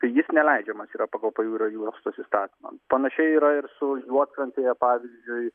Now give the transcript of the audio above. tai jis neleidžiamas yra pagal pajūrio juostos įstatymą panašiai yra ir su juodkrantėje pavyzdžiui